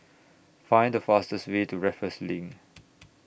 Find The fastest Way to Raffles LINK